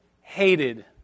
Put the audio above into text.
hated